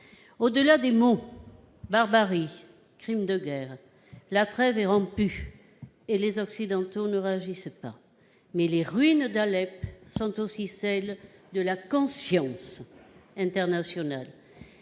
Au-delà des mots « barbarie » et « crime de guerre », la trêve est rompue et les Occidentaux ne réagissent pas. Les ruines d'Alep sont aussi celles de la conscience internationale.